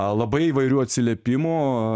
labai įvairių atsiliepimų